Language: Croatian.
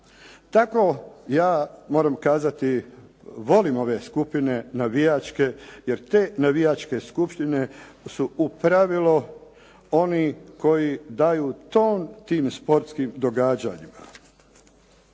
Tako ja moram kazati volim ove skupine navijačke, jer te navijačke skupštine u pravilu oni koji daju ton tim sportskim događanjima.